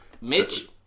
Mitch